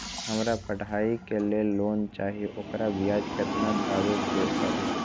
हमरा पढ़ाई के लेल लोन चाहि, ओकर ब्याज केतना दबे के परी?